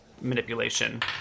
manipulation